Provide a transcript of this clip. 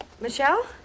Michelle